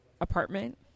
apartment